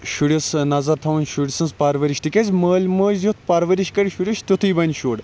شُرِس نَظَر تھاوٕنۍ شُر سٕنٛز پَرؤرش تکیاز مٲلۍ ماجہِ یُتھ پَرؤرش کِرِ شُرِس تیُتھٕے بَنہِ شُر